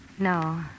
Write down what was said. no